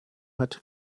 hat